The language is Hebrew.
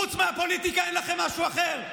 חוץ מהפוליטיקה אין לכם משהו אחר?